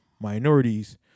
minorities